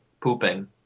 pooping